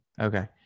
Okay